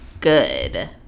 good